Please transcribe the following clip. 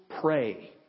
pray